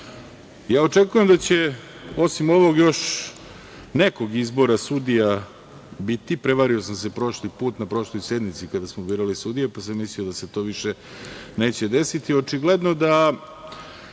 kandidata. Očekujem da će osim ovog još nekog izbora sudija biti. Prevario sam se prošli put na prošloj sednici kada smo birali sudije pa sam mislio da se to više neće desiti. Očigledno da